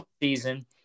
season